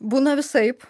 būna visaip